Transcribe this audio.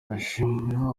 ndashimira